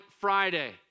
Friday